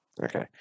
okay